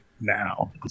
now